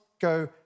go